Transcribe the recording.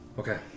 Okay